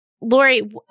Lori